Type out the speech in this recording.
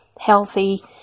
healthy